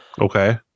okay